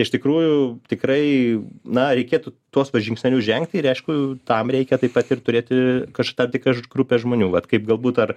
iš tikrųjų tikrai na reikėtų tuos va žingsnelius žengti ir aišku tam reikia taip pat ir turėti kaž tam tikrą grupę žmonių vat kaip galbūt ar